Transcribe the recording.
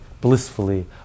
blissfully